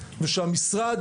ושהמשרד